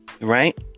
Right